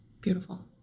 Beautiful